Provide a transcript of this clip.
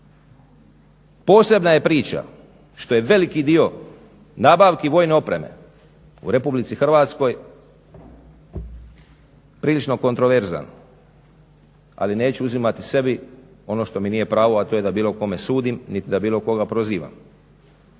Posebna je priča što je veliki dio nabavki vojne opreme u Republici Hrvatskoj prilično kontroverzan ali neću uzimati sebi ono što mi nije pravo, a to je da bilo kome sudim niti da bilo koga prozivam.